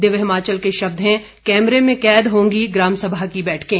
दिव्य हिमाचल के शब्द हैं कैमरे में कैद होंगी ग्राभसभा की बैठकें